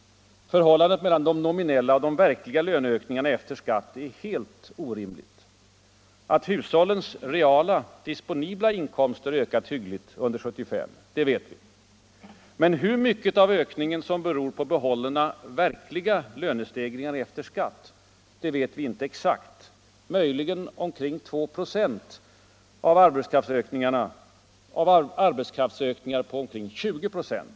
Förhållandet mellan de nominella och de verkliga löneökningarna efter skatt är helt orimligt. Att hushållens reala disponibla inkomster ökar hyggligt under 1975, det vet vi. Men hur mycket av ökningen som beror på behållna verkliga lönestegringar efter skatt, det vet vi inte exakt. Möjligen omkring 2 926 av löneökningar på omkring 20 26.